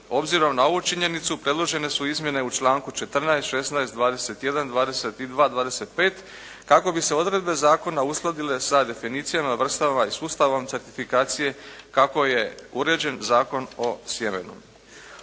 Obzirom na ovu činjenicu predložene su izmjene u članku 14., 16., 21., 22. i 25. kako bi se odredbe zakona uskladile sa definicijama, vrstama i sustavom certifikacije kako je uređen Zakon o sjemenu.